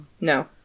No